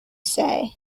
say